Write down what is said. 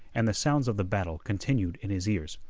and the sounds of the battle continued in his ears.